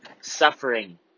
suffering